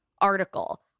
Article